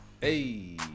Hey